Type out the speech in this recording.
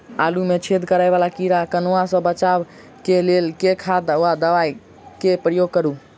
आलु मे छेद करा वला कीड़ा कन्वा सँ बचाब केँ लेल केँ खाद वा दवा केँ प्रयोग करू?